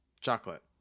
chocolate